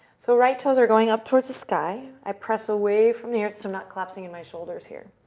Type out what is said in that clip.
so, right toes are going up towards the sky. i press away from the earth, so i'm not collapsing in my shoulders here.